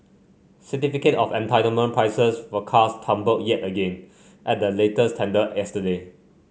certificate of entitlement prices for cars tumbled yet again at the latest tender yesterday